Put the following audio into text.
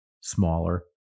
smaller